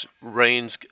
rains